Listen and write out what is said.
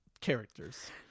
characters